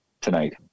tonight